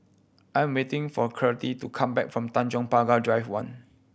I am waiting for Courtney to come back from Tanjong Pagar Drive One